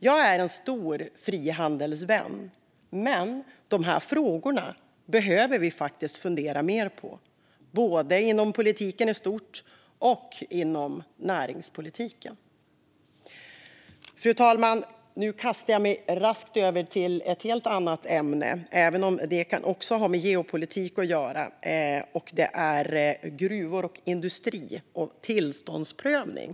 Jag är en stor frihandelsvän, men de här frågorna behöver vi faktiskt fundera mer på - både inom politiken i stort och inom näringspolitiken. Fru talman! Nu kastar jag mig raskt över till ett helt annat ämne, även om det också har med geopolitik att göra, nämligen gruvor och industri och tillståndsprövning.